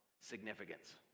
significance